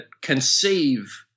conceive